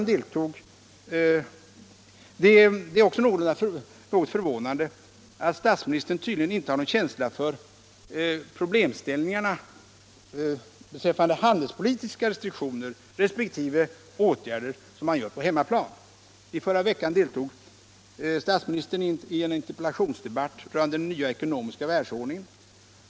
Det är också något förvånande att statsministern tydligen inte har någon känsla för problemställningarna beträffande handelspolitiska restriktioner resp. åtgärder som man vidtar på hemmaplan. I förra veckan deltog han i en interpellationsdebatt rörande den nya ekonomiska §ärldsordningen.